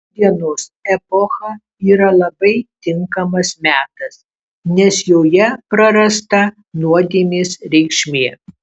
nūdienos epocha yra labai tinkamas metas nes joje prarasta nuodėmės reikšmė